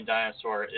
Dinosaur